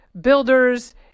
builders